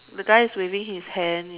the guy is waving his hand